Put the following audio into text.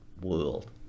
world